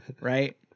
right